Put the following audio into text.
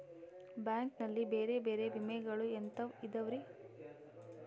Bank ನಲ್ಲಿ ಬೇರೆ ಬೇರೆ ವಿಮೆಗಳು ಎಂತವ್ ಇದವ್ರಿ?